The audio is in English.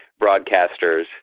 broadcasters